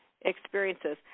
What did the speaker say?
experiences